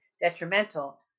detrimental